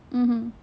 mmhmm